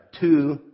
two